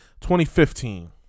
2015